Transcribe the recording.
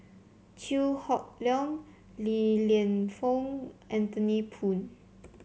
Chew Hock Leong Li Lienfung Anthony Poon